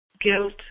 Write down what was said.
Guilt